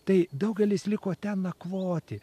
tai daugelis liko ten nakvoti